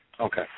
Okay